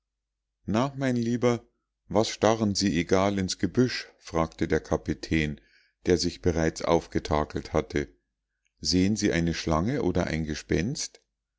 na mein lieber was starren sie egal ins gebüsch fragte der kapitän der sich bereits aufgetakelt hatte sehen sie eine schlange oder ein gespenst